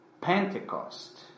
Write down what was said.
Pentecost